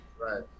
right